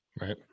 Right